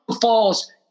falls